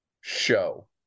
show